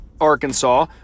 Arkansas